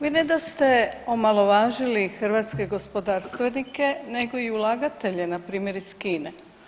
Vi ne da ste omalovažili hrvatske gospodarstvenike, nego i ulagatelje, na primjer iz Kine.